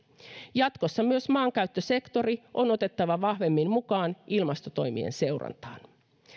jatkossa myös maankäyttösektori on otettava vahvemmin mukaan ilmastotoimien seurantaan